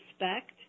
respect